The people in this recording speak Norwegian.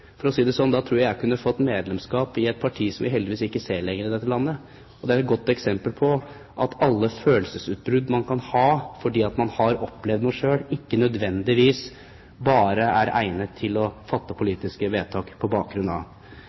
tror jeg at jeg kunne fått medlemskap i et parti som vi heldigvis ikke lenger ser i dette landet. Det er et godt eksempel på at alle følelsesutbrudd man kan ha fordi man har opplevd noe selv, ikke nødvendigvis alene er egnet som bakgrunn for å fatte politiske vedtak. Og man bør titte litt på